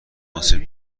آسیب